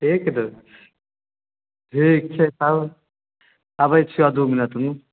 एक दिन ठीक छै तब आबै छिययैदू मिनट मे